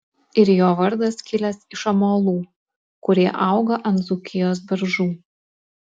ir jo vardas kilęs iš amalų kurie auga ant dzūkijos beržų